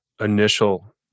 initial